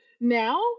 Now